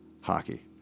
hockey